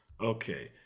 Okay